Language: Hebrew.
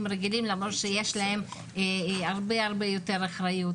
רגילים למרות שיש להם הרבה יותר אחריות.